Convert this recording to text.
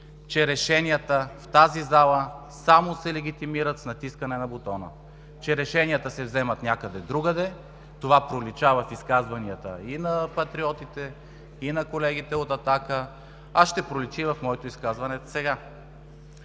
че решенията в тази зала само се легитимират с натискане на бутона, че решенията се вземат някъде другаде. Това проличава в изказванията и на Патриотите, и на колегите от „Атака“, а сега ще проличи и в моето изказване.